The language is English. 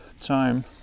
time